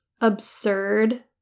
absurd